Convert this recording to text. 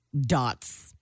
dots